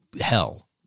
hell